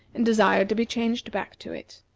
and desired to be changed back to it.